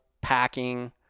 packing